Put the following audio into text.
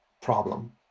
problem